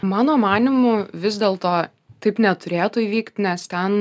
mano manymu vis dėlto taip neturėtų įvykt nes ten